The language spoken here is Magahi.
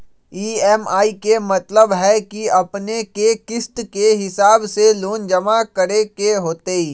ई.एम.आई के मतलब है कि अपने के किस्त के हिसाब से लोन जमा करे के होतेई?